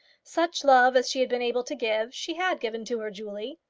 such love as she had been able to give, she had given to her julie.